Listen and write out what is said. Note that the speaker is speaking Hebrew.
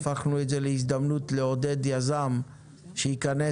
הפכנו את זה להזדמנות לעודד יזם שייכנס